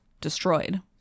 destroyed